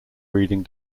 reading